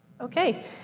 Okay